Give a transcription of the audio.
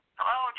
Hello